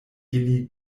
ili